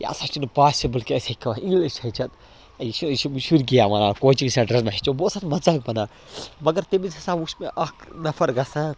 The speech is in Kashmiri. یہِ ہَسا چھِنہٕ پاسبٕل کہِ أسۍ ہٮ۪کو انٛگلِش ہیٚچھِتھ یہِ چھِ یہِ چھِ شُرۍ گِیا وَنان کوچِنٛگ سٮ۪نٛٹرن منٛز ہٮ۪چھِو بہٕ اوس اَتھ مزاق بَنان مگر تَمہِ وِزِ ہَسا وُچھ مےٚ اَکھ نفر گژھان